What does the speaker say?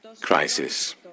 crisis